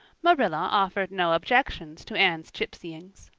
marilla offered no objections to anne's gypsyings.